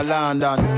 London